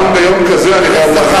גם ביום כזה אני חייב להגיד לכם,